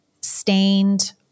stained